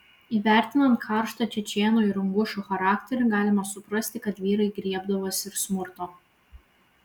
įvertinant karštą čečėnų ir ingušų charakterį galima suprasti kad vyrai griebdavosi ir smurto